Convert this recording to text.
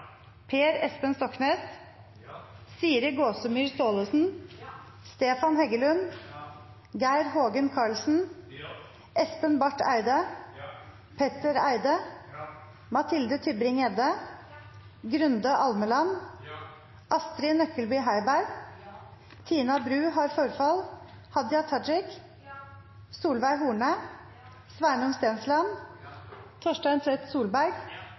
Per Espen Stoknes, Siri Gåsemyr Staalesen, Stefan Heggelund, Geir Hågen Karlsen, Espen Barth Eide, Petter Eide, Mathilde Tybring-Gjedde, Grunde Almeland, Astrid Nøklebye Heiberg, Hadia Tajik, Solveig Horne, Sveinung Stensland, Torstein Tvedt Solberg,